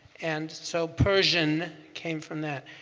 and so persian came from that.